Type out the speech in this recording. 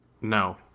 No